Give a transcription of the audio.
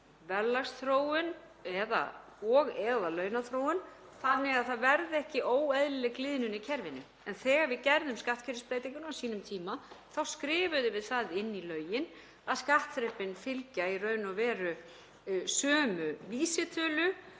verðlagsþróun og/eða launaþróun þannig að það verði ekki óeðlileg gliðnun í kerfinu. En þegar við gerðum skattkerfisbreytinguna á sínum tíma skrifuðum við það inn í lögin að skattþrepin fylgja í raun og veru sömu vísitölu